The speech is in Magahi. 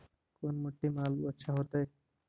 कोन मट्टी में आलु अच्छा होतै?